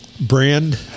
Brand